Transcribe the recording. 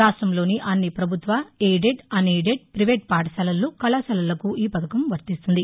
రాష్ట్రంలోని అన్ని పభుత్వ ఎయిడెడ్ అన్ ఎయిదెడ్ పైవేట్ పాఠశాలలు కళాశాలలకు ఈ పథకం వర్తిస్తుంది